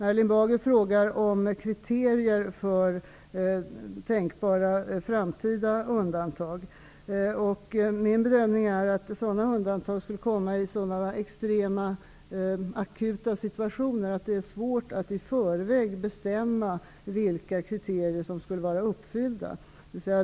Erling Bager frågade efter kriterierna för tänkbara framtida undantag. Min bedömning är att sådana undantag skulle göras i så extremt akuta situationer att det är svårt att i förväg bestämma vilka kriterier som skulle vara uppfyllda.